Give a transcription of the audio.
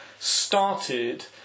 started